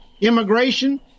immigration